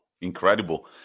Incredible